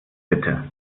bitte